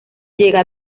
llega